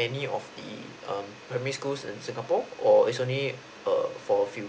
any of the um primary school in singapore or it's only err for a few